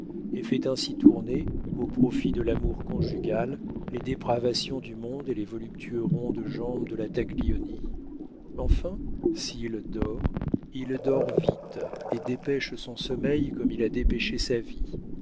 et fait ainsi tourner au profit de l'amour conjugal les dépravations du monde et les voluptueux ronds de jambe de la taglioni enfin s'il dort il dort vite et dépêche son sommeil comme il a dépêché sa vie